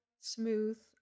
smooth